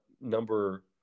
Number